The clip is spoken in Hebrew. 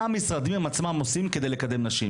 מה המשרדים עצמם עושים כדי לקדם נשים.